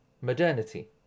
modernity